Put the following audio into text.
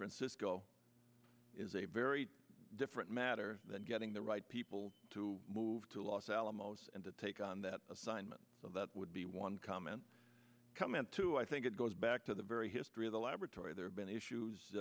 francisco is a very different matter than getting the right people to move to los alamos and to take on that assignment so that would be one comment come into i think it goes back to the very history of the laboratory there have been issues